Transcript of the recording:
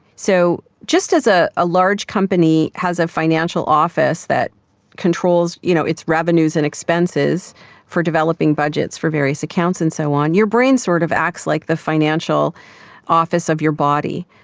so just as ah a large company has a financial office that controls you know its revenues and expenses for developing budgets for various accounts and so on, your brain sort of acts like the financial office of your body.